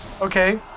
Okay